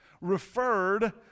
referred